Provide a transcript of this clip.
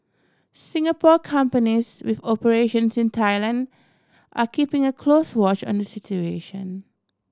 Singapore companies with operations in Thailand are keeping a close watch on the situation